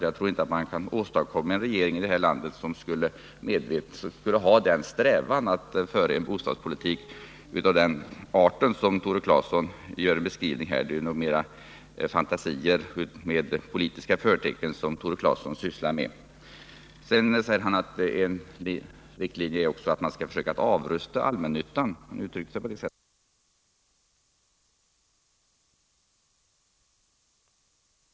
Jag tror inte att man i detta land skulle kunna åstadkomma någon regering som medvetet strävade efter att föra en bostadspolitik av den art som Tore Claeson här gör en beskrivning av. Det är nog mera fantasier med politiska förtecken som Tore Claeson sysslar med. Sedan säger han att en riktlinje är att försöka avrusta allmännyttan — han uttryckte sig på det sättet. Då skulle jag vilja ha ett besked av Tore Claeson om vad det är för åtgärder regeringen vidtagit som haft karaktären att försämra för de allmännyttiga företagen, att avrusta deras verksamhet.